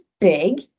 big